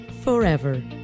forever